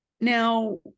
now